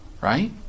Right